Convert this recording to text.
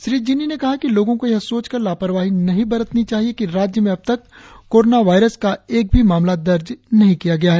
श्री जिनि ने कहा कि लोगों को यह सोचकर लापरवाही नहीं बरतनी चाहिए कि राज्य में अबतक कोरोना वायरस का एक भी मामला दर्ज नही किया गया है